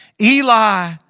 Eli